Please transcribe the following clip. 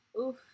oof